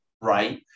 right